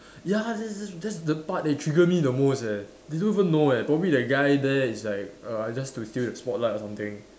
ya that's that that's the part that trigger me the most leh they don't even know leh probably that guy there is like err I just to steal the spotlight or something